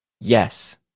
yes